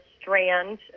Strand